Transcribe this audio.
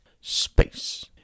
space